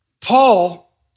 Paul